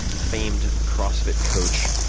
famed cross fit coach.